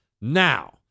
Now